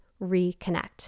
reconnect